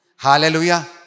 Hallelujah